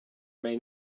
may